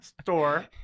store